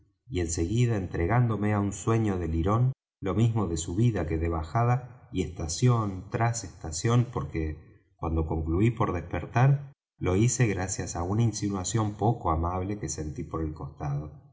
y en seguida entregándome á un sueño de lirón lo mismo de subida que de bajada y estación tras de estación porque cuando concluí por despertar lo hice gracias á una insinuación poco amable que sentí por el costado